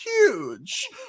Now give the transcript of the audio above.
huge